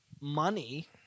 Money